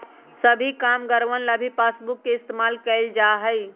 सभी कामगारवन ला भी पासबुक के इन्तेजाम कइल जा हई